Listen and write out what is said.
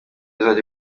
izajya